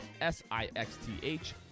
s-i-x-t-h